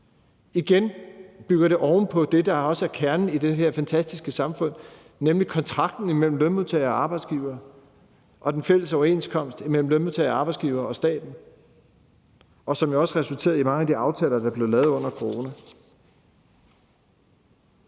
Igen bygger det oven på det, der også er kernen i det her fantastiske samfund, nemlig kontrakten mellem lønmodtagere og arbejdsgivere og den fælles overenskomst mellem lønmodtagere, arbejdsgivere og staten, som jo også resulterede i mange af de aftaler, der blev lavet under corona.